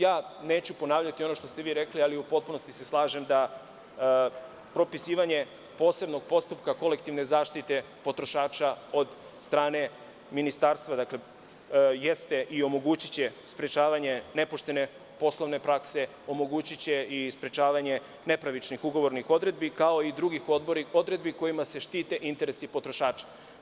Ja neću ponavljati ono što ste vi rekli, ali u potpunosti se slažem da propisivanje posebnog postupka kolektivne zaštite potrošača od strane Ministarstva jeste i omogućiće sprečavanje nepoštene poslovne prakse, omogućiće i sprečavanje nepravičnih ugovornih odredbi, kao i drugih odredbi kojima se štite interesi potrošača.